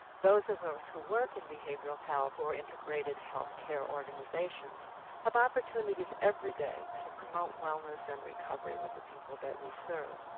those of us who work in behavioral health or integrated healthcare organizations have opportunities every day to promote wellness and recovery with the people that we serve.